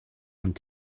ond